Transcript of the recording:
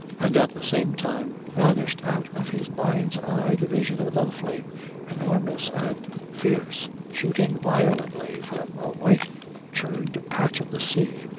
and at the same time vanished out of his mind's eye the vision of another flame enormous and fierce shooting violently from a white churned patch of the sea,